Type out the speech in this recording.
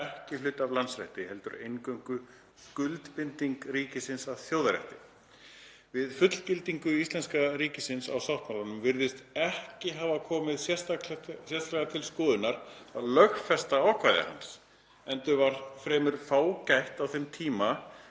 ekki hluti af landsrétti, heldur eingöngu skuldbinding ríkisins að þjóðarétti. Við fullgildingu íslenska ríkisins á sáttmálanum virðist ekki hafa komið sérstaklega til skoðunar að lögfesta ákvæði hans, enda var fremur fágætt á þeim tíma